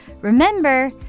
Remember